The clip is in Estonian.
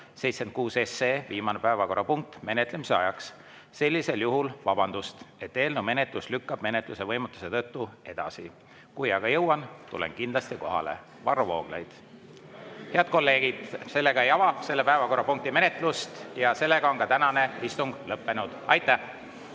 76 SE, viimane päevakorrapunkt, menetlemise ajaks. Sellisel juhul vabandust, et eelnõu menetlus lükkub menetluse võimatuse tõttu edasi. Kui aga jõuan, tulen kindlasti kohale. Varro Vooglaid." Head kolleegid, selle päevakorrapunkti menetlust me ei ava. Tänane istung on lõppenud.